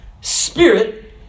Spirit